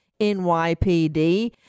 NYPD